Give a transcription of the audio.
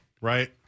right